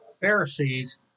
Pharisees